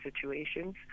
situations